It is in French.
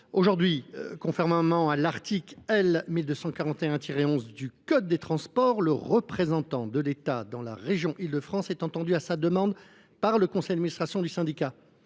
Aujourd’hui, conformément à l’article L. 1241 11 du code des transports, « le représentant de l’État dans la région Île de France est entendu à sa demande par le conseil d’administration du syndicat